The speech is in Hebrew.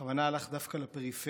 הוא בכוונה הלך דווקא לפריפריה,